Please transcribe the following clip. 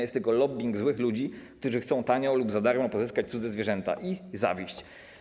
Jest tylko lobbing złych ludzi, którzy chcą tanio lub za darmo pozyskać cudze zwierzęta, i jest zawiść.